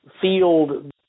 field